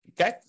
Okay